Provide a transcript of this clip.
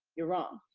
you're wrong.